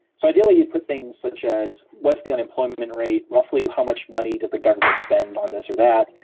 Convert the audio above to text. so ideally you'd put things such as what's the unemployment rate, roughly how much money does the government spend on this or that,